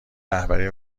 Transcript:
رهبری